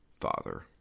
father